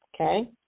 Okay